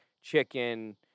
chicken